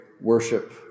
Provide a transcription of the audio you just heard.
worship